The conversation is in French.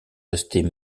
rester